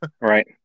Right